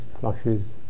flushes